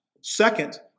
Second